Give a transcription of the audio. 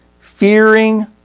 fearing